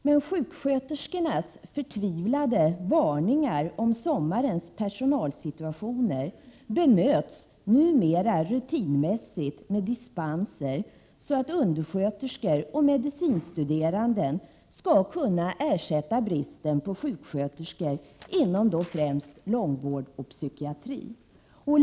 Men sjuksköterskornas förtvivlade varningar om sommarens personalsituation bemöts numera rutinmässigt med dispenser, så att undersköterskor och medicinstuderande skall kunna ersätta bristen på sjuksköterskor inom främst långvård och psykiatri.